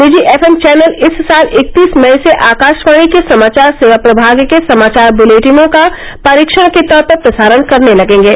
निजी F M channel इस साल इकतीस मई से आकाशवाणी के समाचार सेवा प्रभाग के समाचार बुलेटिनों का परीक्षण के तौर पर प्रसारण करने लगेंगे